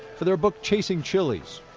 for their book chasing chilis.